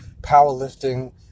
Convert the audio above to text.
powerlifting